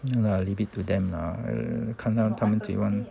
no lah leave it to them lah 看他们怎样喜欢